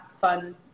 fun